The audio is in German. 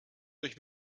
durch